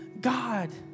God